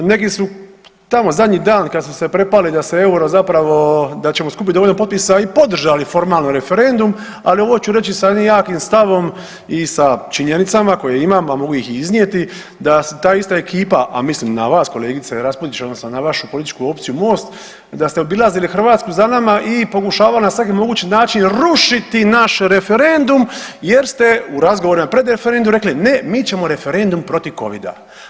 Neki su tamo zadnji dan kad su se prepali da se euro zapravo, da ćemo skupiti dovoljno potpisa i podržali formalno referendum, ali ovo ću reći sa jednim jakim stavom i sa činjenicama koje imam, a mogu ih i iznijeti da ta ista ekipa, a mislim na vas kolegice Raspudić odnosno na vašu političku opciju MOST da ste obilazili Hrvatsku za nama i pokušavali na svaki mogući način rušiti naš referendum jer ste u razgovorima pred referendum rekli ne mi ćemo referendum protiv Covida.